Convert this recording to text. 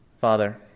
Father